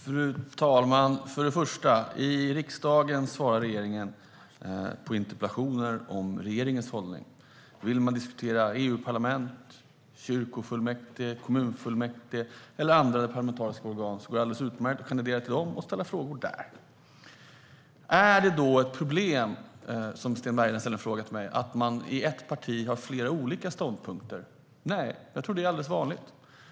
Fru talman! Först och främst: I riksdagen svarar regeringen på interpellationer om regeringens hållning. Vill man diskutera EU-parlament, kyrkofullmäktige, kommunfullmäktige eller andra parlamentariska organ går det alldeles utmärkt att kandidera till dem och ställa frågor där. Är det ett problem, frågar Sten Bergheden, att man i ett parti har flera olika ståndpunkter? Nej, jag tror att det är helt vanligt.